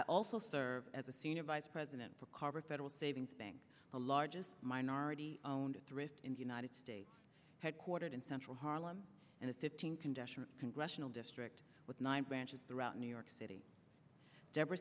also serve as a senior vice president for corporate federal savings bank the largest minority owned thrift in the united states headquartered in central harlem and a fifteen condition congressional district with nine branches throughout new york city never